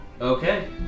Okay